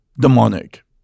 demonic